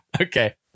Okay